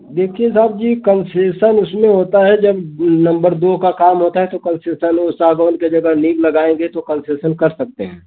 देखिए साहब जी कंसेसन उसमें होता है जब नंबर दो का काम होता है तो कंसेसन वो सागौन के जगह नीम लगाएँगे तो कंसेसन कर सकते हैं